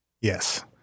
Yes